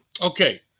Okay